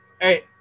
Hey –